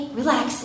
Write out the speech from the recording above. relax